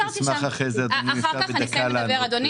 אשמח, אדוני, לענות.